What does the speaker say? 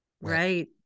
right